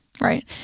right